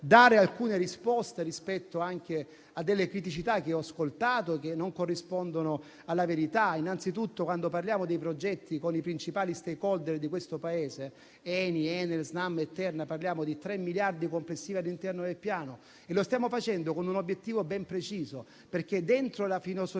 dare alcune risposte anche rispetto a delle criticità che ho ascoltato e che non corrispondono alla verità. Innanzitutto, quando parliamo dei progetti con i principali *stakeholder* di questo Paese (ENI, Enel, Snam e Terna), parliamo di 3 miliardi complessivi all'interno del Piano e lo stiamo facendo con un obiettivo ben preciso, perché nella filosofia